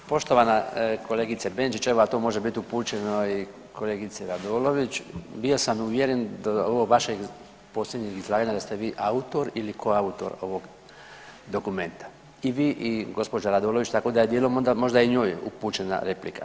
Poštovana kolegice Benčić, evo a to može biti upućeno i kolegici Radolović bio sam uvjeren do ovog vašeg posljednjeg izlaganja da ste vi autor ili koautor ovog dokumenta i vi i gospođa Radolović, tako da je dijelom onda možda i njoj upućena replika.